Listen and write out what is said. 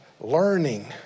learning